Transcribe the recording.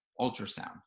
ultrasound